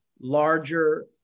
larger